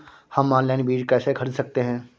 हम ऑनलाइन बीज कैसे खरीद सकते हैं?